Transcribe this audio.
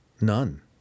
None